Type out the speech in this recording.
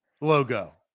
logo